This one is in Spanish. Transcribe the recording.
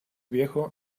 viejo